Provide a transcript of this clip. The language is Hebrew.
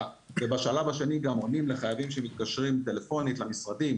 ובשלב השני גם עונים לחייבים שמתקשרים טלפונית למשרדים